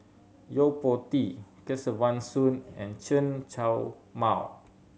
Yo Po Tee Kesavan Soon and Chen Show Mao